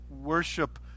worship